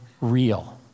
real